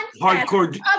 hardcore-